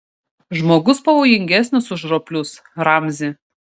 žmogus pavojingesnis už roplius ramzi